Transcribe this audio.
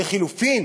לחלופין,